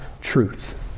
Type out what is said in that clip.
truth